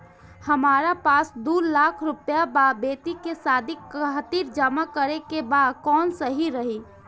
हमरा पास दू लाख रुपया बा बेटी के शादी खातिर जमा करे के बा कवन सही रही?